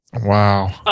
Wow